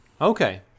Okay